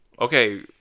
Okay